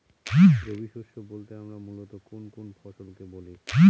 রবি শস্য বলতে আমরা মূলত কোন কোন ফসল কে বলি?